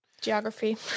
Geography